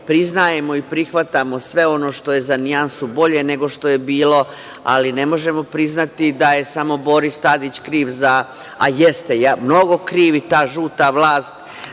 Priznajemo i prihvatamo sve ono što je za nijansu bolje nego što je bilo, ali ne možemo priznati da je samo Boris Tadić kriv, a jeste mnogo kriv i ta žuta vlast,